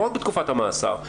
לא רק בתקופת המאסר,